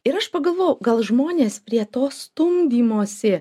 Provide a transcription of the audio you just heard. ir aš pagalvojau gal žmonės prie to stumdymosi